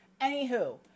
Anywho